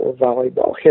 volleyball